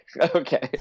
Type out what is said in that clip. Okay